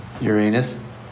Uranus